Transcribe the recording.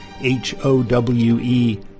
H-O-W-E